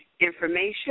information